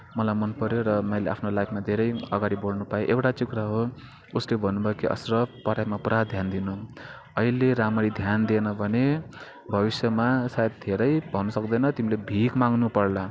मलाई मन पऱ्यो र मैले आफ्नो लाइफमा धेरै अगाडि बढ्नु पाएँ एउटा चाहिँ कुरा हो उसले भन्नुभयो कि असरद पढाइमा पुरा ध्यान दिनु अहिले राम्ररी ध्यान दिएन भने भविष्यमा सायद धेरै भन्न सक्दैन तिमीले भिख माग्नु पर्ला